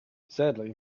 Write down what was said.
sadly